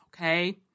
okay